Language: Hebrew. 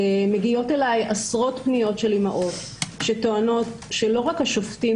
מגיעות אליי עשרות פניות של אימהות שטוענות שלא רק שהשופטים